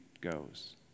goes